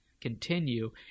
continue